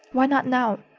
why not now?